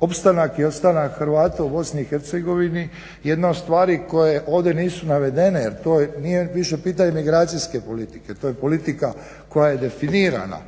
opstanak i ostanak Hrvata u BIH jedna od stvari koje ovdje nisu navedene jer to nije više pitanje migracijske politike, to je politika koja je definirana